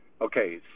Okay